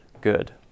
good